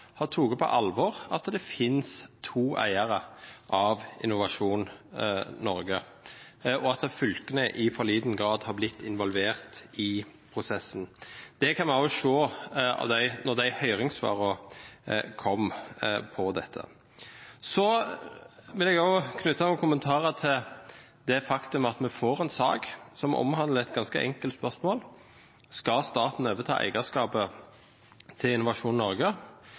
på alvor at det finnes to eiere av Innovasjon Norge, og at fylkene i for liten grad har blitt involvert i prosessen. Det kan vi også se av de høringssvarene som kom om dette. Jeg vil også knytte noen kommentarer til det faktum at vi har fått en sak som omhandler et ganske enkelt spørsmål: Skal staten overta eierskapet til Innovasjon Norge?